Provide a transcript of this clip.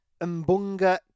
Mbunga